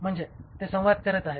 म्हणजे ते संवाद करीत आहेत